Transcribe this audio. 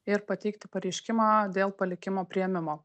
ir pateikti pareiškimą dėl palikimo priėmimo